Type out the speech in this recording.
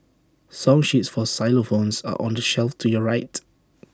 song sheets for xylophones are on the shelf to your right